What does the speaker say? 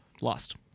Lost